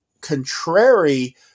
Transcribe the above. contrary